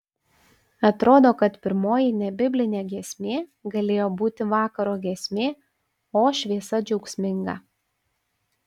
atrodo kad pirmoji nebiblinė giesmė galėjo būti vakaro giesmė o šviesa džiaugsminga